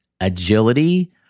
agility